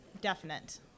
definite